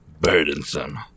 burdensome